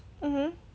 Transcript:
mmhmm